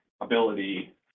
ability